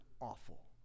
awful